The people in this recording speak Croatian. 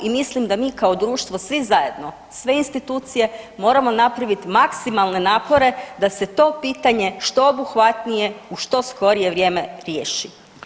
I mislim da mi kao društvo svi zajedno, sve institucije moramo napraviti maksimalne napore da se to pitanje što obuhvatnije u što skorije vrijeme riješi.